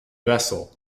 vessel